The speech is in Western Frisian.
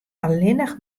allinnich